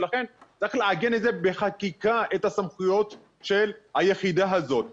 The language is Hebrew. לכן צריך לעגן את הסמכויות של היחידה הזאת בחקיקה,